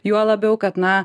juo labiau kad na